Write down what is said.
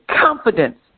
confidence